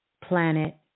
planet